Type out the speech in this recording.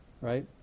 right